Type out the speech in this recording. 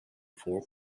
four